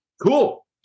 Cool